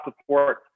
support